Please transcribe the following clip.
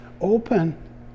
open